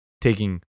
taking